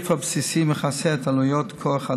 התעריף הבסיסי מכסה את עלויות כוח האדם,